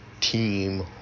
team